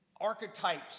archetypes